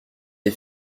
les